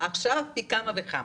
ועכשיו פי כמה וכמה.